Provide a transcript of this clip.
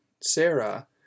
Sarah